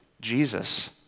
Jesus